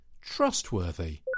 trustworthy